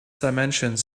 dimensions